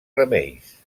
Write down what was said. remeis